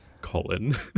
Colin